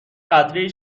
قطرهای